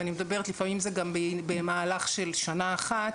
ולפעמים זה גם במהלך של שנה אחת,